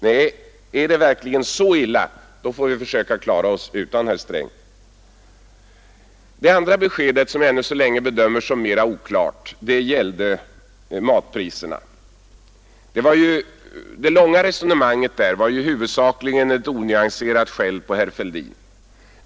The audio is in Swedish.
Nej, är det verkligen så illa får vi försöka klara oss utan herr Sträng. Det andra beskedet som jag ännu så länge bedömer som mera oklart gäller matpriserna. Det långa resonemanget på den punkten innebar ju huvudsakligen ett onyanserat skäll på herr Fälldin.